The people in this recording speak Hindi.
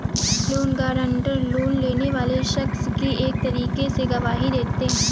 लोन गारंटर, लोन लेने वाले शख्स की एक तरीके से गवाही देते हैं